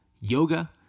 yoga